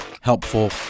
helpful